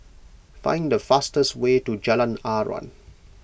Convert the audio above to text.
find the fastest way to Jalan Aruan